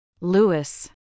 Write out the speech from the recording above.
LEWIS